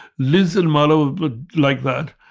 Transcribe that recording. liz and marla were like that.